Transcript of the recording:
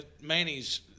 Manny's